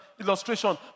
illustration